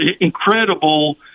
incredible